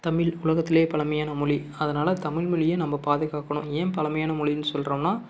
தமிழ் உலகத்திலேயே பழமையான மொழி அதனால் தமிழ் மொழியை நம்ம பாதுகாக்கணும் ஏன் பழமையான மொழின்னு சொல்கிறோம்னா